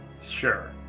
Sure